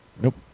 Nope